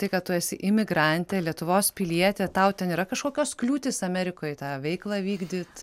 tai kad tu esi imigrantė lietuvos pilietė tau ten yra kažkokios kliūtys amerikoj tą veiklą vykdyt